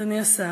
אדוני השר,